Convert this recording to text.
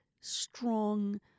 strong